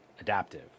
Adaptive